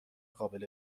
قابل